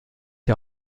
die